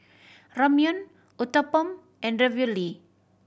Ramyeon Uthapam and Ravioli